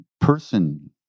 person